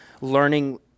learning